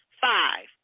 Five